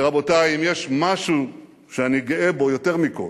רבותי, אם יש משהו שאני גאה בו יותר מכול,